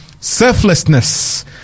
selflessness